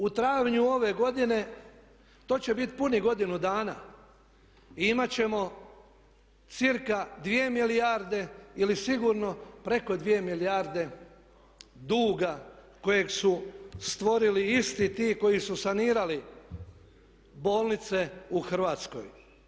U travnju ove godine to će biti punih godinu dana i imat ćemo cca 2 milijarde ili sigurno preko 2 milijarde duga kojeg su stvorili isti ti koji su sanirali bolnice u Hrvatskoj.